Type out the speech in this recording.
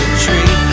tree